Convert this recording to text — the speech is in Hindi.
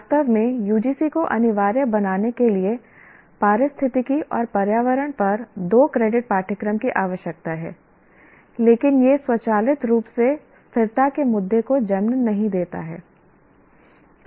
वास्तव में UGC को अनिवार्य बनाने के लिए पारिस्थितिकी और पर्यावरण पर दो क्रेडिट पाठ्यक्रम की आवश्यकता है लेकिन यह स्वचालित रूप से स्थिरता के मुद्दे को जन्म नहीं देता है